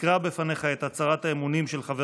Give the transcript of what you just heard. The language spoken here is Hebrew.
אקרא בפניך את הצהרת האמונים של חבר